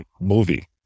movie